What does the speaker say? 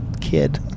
kid